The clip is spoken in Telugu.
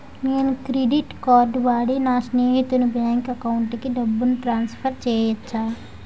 నేను క్రెడిట్ కార్డ్ వాడి నా స్నేహితుని బ్యాంక్ అకౌంట్ కి డబ్బును ట్రాన్సఫర్ చేయచ్చా?